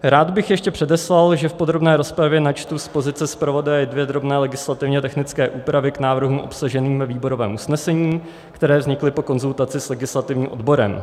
Rád bych ještě předeslal, že v podrobné rozpravě načtu z pozice zpravodaje dvě drobné legislativně technické úpravy k návrhům obsaženým ve výborovém usnesení, které vznikly po konzultaci s legislativním odborem.